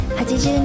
80